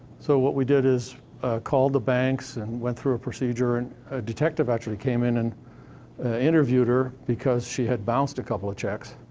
so what we did is called the banks and went through a procedure, and a detective actually came in and interviewed her, because she had bounced a couple of checks.